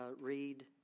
read